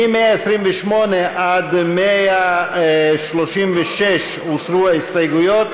מ-128 עד 136, הוסרו ההסתייגויות.